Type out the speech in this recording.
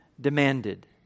demanded